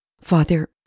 Father